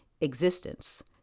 existence